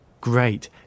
Great